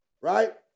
right